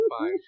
fine